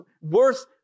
worth